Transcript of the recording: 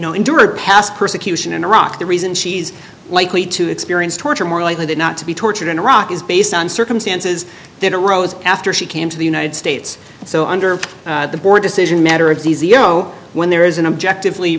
know endured past persecution in iraq the reason she's likely to experience torture more likely than not to be tortured in iraq is based on circumstances that arose after she came to the united states so under the board decision matter of these you know when there is an objective